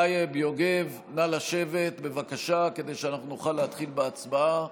יוגב, נא לשבת, בבקשה, כדי שנוכל להתחיל בהצבעה.